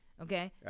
Okay